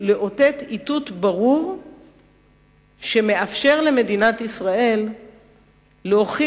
לאותת איתות ברור שמאפשר למדינת ישראל להוכיח